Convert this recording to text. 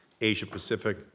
Asia-Pacific